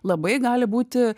labai gali būti